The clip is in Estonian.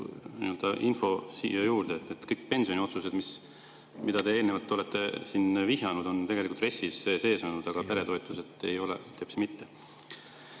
info siia juurde, et kõik pensioniotsused, millele te eelnevalt olete siin vihjanud, on tegelikult RES-is sees olnud, aga peretoetused ei ole teps mitte.